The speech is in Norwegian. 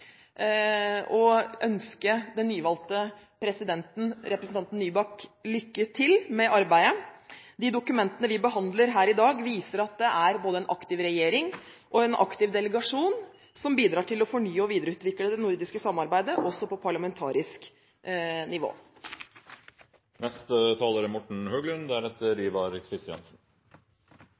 arbeidet. De dokumentene vi behandler her i dag, viser at det er både en aktiv regjering og en aktiv delegasjon som bidrar til å fornye og videreutvikle det nordiske samarbeidet, også på parlamentarisk nivå.